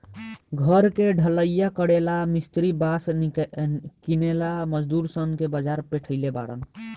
घर के ढलइया करेला ला मिस्त्री बास किनेला मजदूर सन के बाजार पेठइले बारन